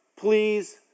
please